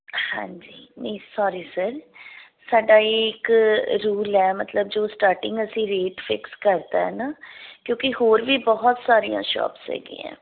ਹਾਂਜੀ ਨਹੀਂ sorry sir ਸਾਡਾ ਇਹ ਇੱਕ ਰੂਲ ਹੈ ਮਤਲਬ ਜੋ ਸਟਾਟਿੰਗ ਅਸੀਂ ਰੇਟ ਫਿਕਸ ਕਰਤਾ ਹੈ ਨਾ ਕਿਉਂਕਿ ਹੋਰ ਵੀ ਬਹੁਤ ਸਾਰੀਆਂ ਸ਼ੋਪਸ ਹੈਗੀਆਂ ਹੈ